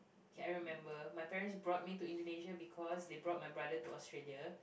okay I remember my parents brought me to Indonesia because they brought my brother to Australia